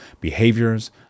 behaviors